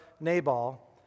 Nabal